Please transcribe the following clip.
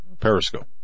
Periscope